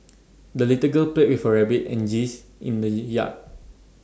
the little girl played with her rabbit and geese in the yard